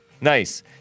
Nice